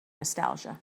nostalgia